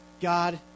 God